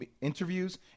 interviews